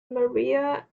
maria